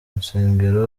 nsengero